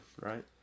right